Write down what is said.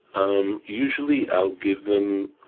um usually, i'll give them